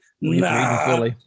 No